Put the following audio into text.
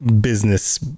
business